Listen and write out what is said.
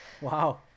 wow